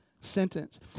sentence